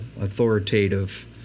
authoritative